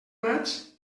maig